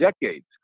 decades